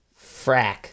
Frack